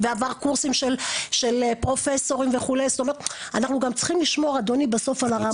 ועבר קורסים של פרופסורים וכו' אנחנו גם צריכים לשמור בסוף על הרמה.